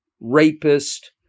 rapist